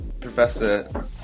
Professor